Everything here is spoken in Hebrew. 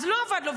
אז לא עבד לו.